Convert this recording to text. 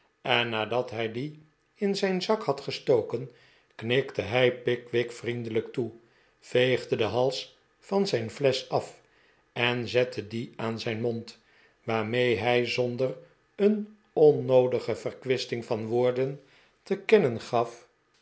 en nadat hij die in zijn zak had gestoken knikte hij pickwick vriendelijk toe veegde den hals van zijn flesch af en zette die aan zijn mond waarmee hij zonder een bnnoodige ver kwisting van woorden te kennen gaf